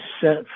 set